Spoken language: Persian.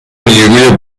نیروی